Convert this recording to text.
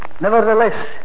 Nevertheless